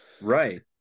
right